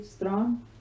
strong